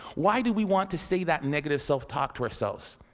why do we want to say that negative self-talk to ourselves?